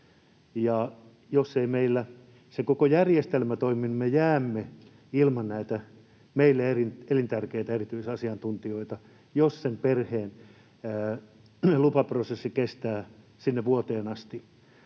jos ei meillä se koko järjestelmä toimi, niin me jäämme ilman näitä meille elintärkeitä erityisasiantuntijoita, jos sen perheen lupaprosessi kestää sinne vuoteen asti.